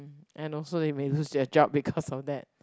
and also they may lose their job because of that